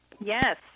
yes